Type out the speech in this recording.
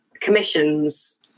commissions